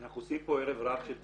אנחנו עושים פה ערב רב של דברים.